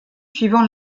suivant